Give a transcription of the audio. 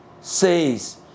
says